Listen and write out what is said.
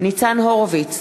ניצן הורוביץ,